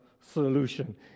solution